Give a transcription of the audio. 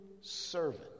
servant